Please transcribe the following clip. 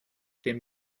dem